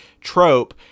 trope